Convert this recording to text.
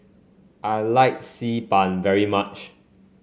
I like Xi Ban very much